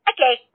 Okay